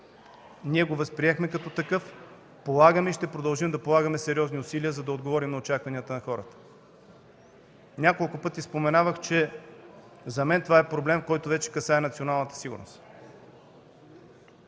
Ние го възприехме като такъв, полагаме и ще продължим да полагаме сериозни усилия, за да отговорим на очакванията на хората. Няколко пъти споменавах, че за мен това е проблем, който вече касае националната сигурност.